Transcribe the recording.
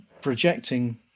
projecting